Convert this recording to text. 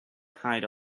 hide